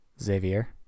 Xavier